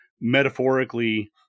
metaphorically